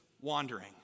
wandering